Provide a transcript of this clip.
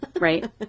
right